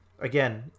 again